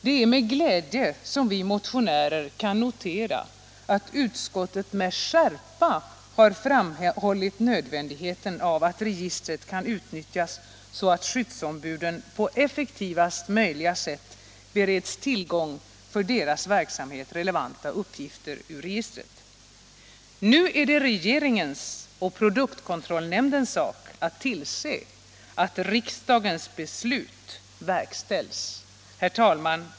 Det är med glädje som vi motionärer kan notera att utskottet med skärpa framhållit nödvändigheten av att registret kan utnyttjas så att skyddsombuden på effektivast möjliga sätt bereds tillgång till för deras verksamhet relevanta uppgifter ur registret. Nu är det regeringens och produktkontrollnämndens sak att tillse att riksdagens beslut verkställs. Herr talman!